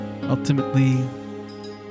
ultimately